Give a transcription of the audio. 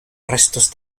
restos